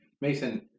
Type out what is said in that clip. Mason